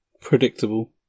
Predictable